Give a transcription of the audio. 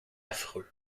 affreux